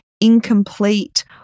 incomplete